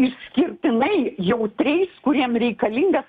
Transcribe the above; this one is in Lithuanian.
išskirtinai jautriais kuriem reikalingas